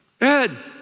Ed